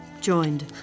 Joined